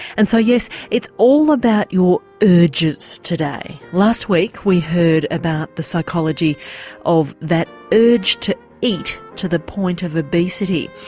and so yes, it's all about your urges today. last week we heard about the psychology of that urge to eat to the point of obesity.